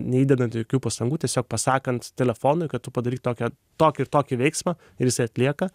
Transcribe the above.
neįdedant jokių pastangų tiesiog pasakant telefonui kad tu padaryk tokią tokį ir tokį veiksmą ir jisai atlieka